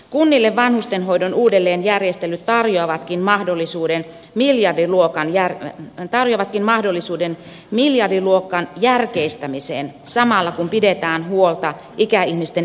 kunnille vanhustenhoidon uudelleenjärjestelyt tarjoavatkin mahdollisuuden miljardiluokan järki on tarjollakin mahdollisuuden miljardiluokan järkeistämiseen samalla kun pidetään huolta ikäihmisten elämänlaadusta